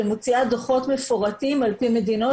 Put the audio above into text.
והיא מוציאה דוחות מפורטים על פי מדינות,